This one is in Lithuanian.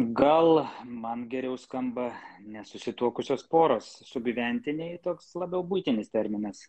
gal man geriau skamba nesusituokusios poros sugyventiniai toks labiau buitinis terminas